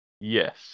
Yes